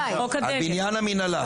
על בניין המנהלה,